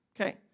Okay